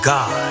God